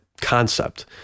concept